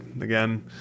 Again